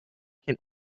can